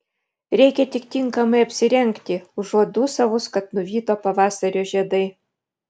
reikia tik tinkamai apsirengti užuot dūsavus kad nuvyto pavasario žiedai